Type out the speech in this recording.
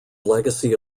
legacy